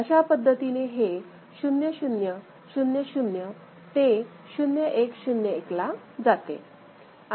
अशा पद्धतीने हे 0 0 0 0 ते 0 1 0 1ला जाते